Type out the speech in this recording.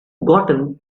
gotten